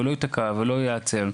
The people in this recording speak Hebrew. ולא ייעצר.